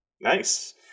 Nice